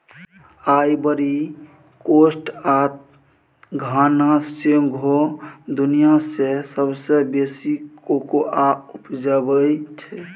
Ivory Coast आ Ghana सौंसे दुनियाँ मे सबसँ बेसी कोकोआ उपजाबै छै